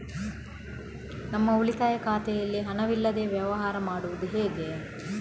ನಮ್ಮ ಉಳಿತಾಯ ಖಾತೆಯಲ್ಲಿ ಹಣವಿಲ್ಲದೇ ವ್ಯವಹಾರ ಮಾಡುವುದು ಹೇಗೆ?